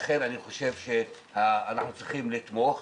לכן אני חושב שאנחנו צריכים לתמוך,